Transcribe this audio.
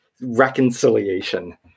reconciliation